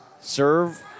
serve